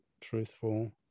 truthful